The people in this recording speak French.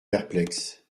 perplexe